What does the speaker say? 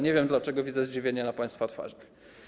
Nie wiem, dlaczego widzę zdziwienie na państwa twarzach.